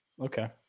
okay